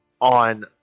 on